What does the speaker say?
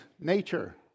nature